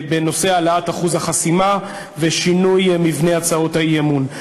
בנושא העלאת אחוז החסימה ובשינוי מבנה הצעות האי-אמון.